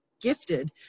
gifted